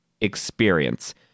experience